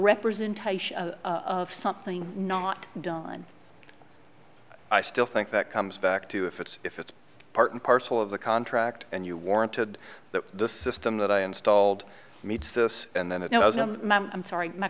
representation of something not done i still think that comes back to if it's if it's part and parcel of the contract and you warranted that the system that i installed meets this and then it knows i'm i'm sorry my